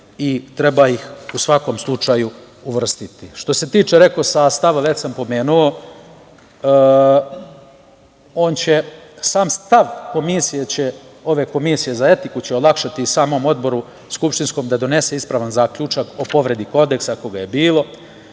i treba ih u svakom slučaju uvrstiti. Što se tiče sastava, već sam pomenuo, sam stav komisije, ove komisije za etiku će olakšati samom odboru skupštinskom da donese ispravan zaključak o povredi Kodeksa ako ga je bilo,